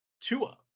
Tua